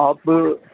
آپ